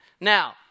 Now